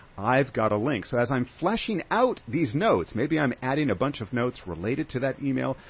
i've got a link. so as i'm fleshing out these notes, maybe i'm adding a bunch of notes related to that email,